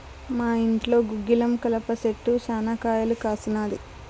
మా ఇంట్లో గుగ్గిలం కలప చెట్టు శనా కాయలు కాసినాది